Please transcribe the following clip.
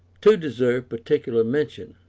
two deserve particular mention.